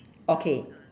okay